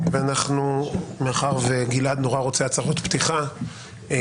מאחר שגלעד נורא רוצה הצהרות פתיחה,